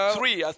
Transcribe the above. Three